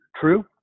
True